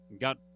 Got